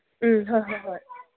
ꯎꯝ ꯍꯣꯏ ꯍꯣꯏ ꯍꯣꯏ